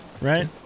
Right